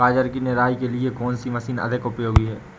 गाजर की निराई के लिए कौन सी मशीन अधिक उपयोगी है?